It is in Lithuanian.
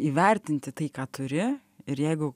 įvertinti tai ką turi ir jeigu